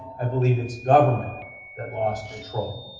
i believe it's government that lost control,